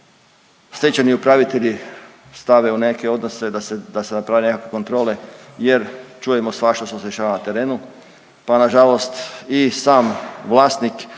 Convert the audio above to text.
stečajni upravitelji stave u nekakve odnose da se naprave nekakve kontrole jer čujemo svašta što se dešava na terenu, pa nažalost i sam vlasnik